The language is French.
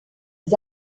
les